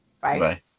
Bye